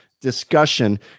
discussion